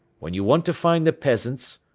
when you want to find the peasants,